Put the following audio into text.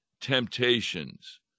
temptations